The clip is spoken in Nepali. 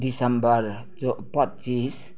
डिसम्बर पच्चिस